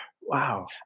Wow